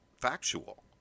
factual